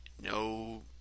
no